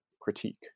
critique